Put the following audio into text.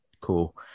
cool